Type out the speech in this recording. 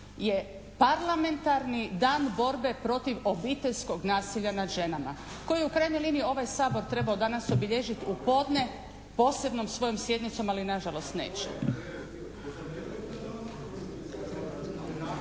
Parlamentarni dan borbe protiv obiteljskog nasilja nad ženama koji u krajnjoj liniji ovaj Sabor trebao danas obilježiti u podne posebnom svojom sjednicom, ali nažalost neće.